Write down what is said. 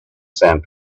sand